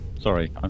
sorry